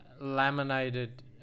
laminated